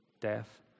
death